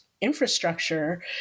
infrastructure